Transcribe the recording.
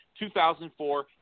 2004